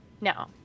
no